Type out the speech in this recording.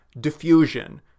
Diffusion